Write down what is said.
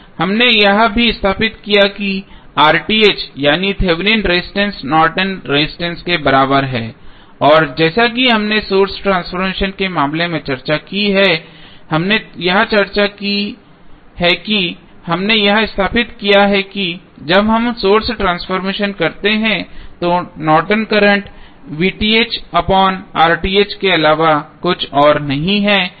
हमने अभी यह स्थापित किया है कि यानी कि Thevenin resistance Norton resistance Nortons resistance के बराबर है और जैसा कि हमने सोर्स ट्रांसफॉर्मेशन के मामले में चर्चा की है हमने यहां चर्चा की है कि हमने यह स्थापित किया कि जब हम सोर्स ट्रांसफॉर्मेशन करते हैं तो नॉर्टन करंट Nortons current के अलावा और कुछ नहीं है